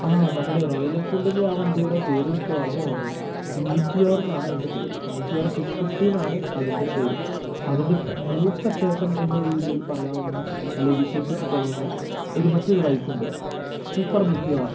ആ നമ്മുടെ റോയൽ എൻഫീൽഡിൻ്റെ ആ വണ്ടിയുടെ പേരെനിക്ക് ഓർമ്മ വന്നു മീറ്റിയോർന്നാണ് അതിൻ്റെ പേര് മീറ്റിയോർ സിക്സ് ഫിഫ്റ്റി എന്നാണ് അതിൻ്റെ പേര് അതിൻ്റെ മൂത്ത ചേട്ടൻ എന്ന രീതിയിൽ പറയാവുന്നത് അല്ലെ വിശേഷിപ്പിക്കാവുന്ന ഒരു മറ്റൊരു ബൈക്കുണ്ട് സൂപ്പർ മീറ്റിയോർ